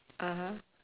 (uh huh)